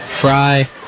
Fry